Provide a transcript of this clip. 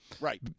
right